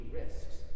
risks